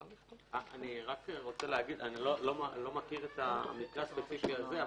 אני לא מכיר את המקרה הספציפי הזה,